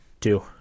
Two